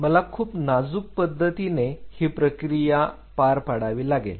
मला खूप नाजूक पद्धतीने ही पूर्ण प्रक्रिया पार पाडावी लागेल